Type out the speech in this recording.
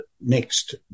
next